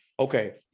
Okay